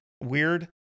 weird